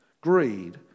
greed